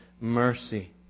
mercy